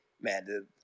man